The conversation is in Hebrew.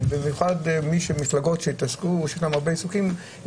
במיוחד מפלגות שיש להן הרבה עיסוקים עם